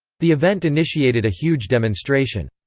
the event initiated a huge demonstration.